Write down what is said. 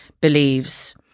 believes